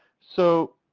so,